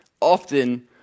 often